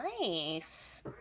Nice